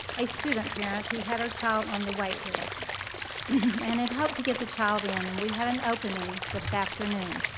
a student-parent who had her child on the wait list and had hoped to get the child in and we had an opening this afternoon.